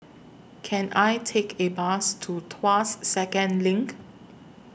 Can I Take A Bus to Tuas Second LINK